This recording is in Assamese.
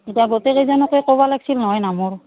এতিয়া গোটেইকেইজনকে ক'বা লাগিছিল নহয় নামৰ